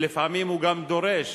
ולפעמים הוא גם דורש,